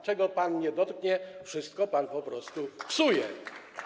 Czego pan nie dotknie, wszystko pan po prostu psuje.